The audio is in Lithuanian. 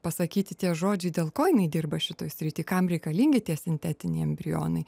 pasakyti tie žodžiai dėl ko jinai dirba šitoj srityj kam reikalingi tie sintetiniai embrionai